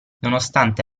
nonostante